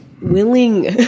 willing